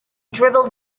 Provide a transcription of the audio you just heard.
dribbled